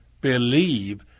believe